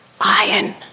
Iron